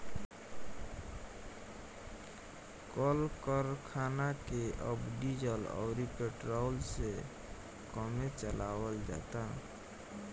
कल करखना के अब डीजल अउरी पेट्रोल से कमे चलावल जाता